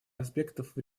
аспектов